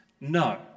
no